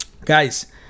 Guys